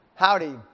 Howdy